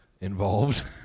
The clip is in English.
involved